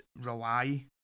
rely